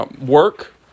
work